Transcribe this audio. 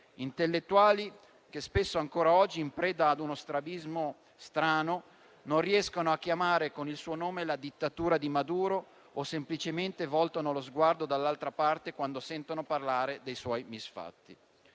Intellettuali che spesso, ancora oggi in preda ad uno strabismo strano, non riescono a chiamare con il suo nome la dittatura di Maduro o semplicemente voltano lo sguardo dall'altra parte quando sentono parlare dei suoi misfatti.